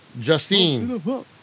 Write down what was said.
Justine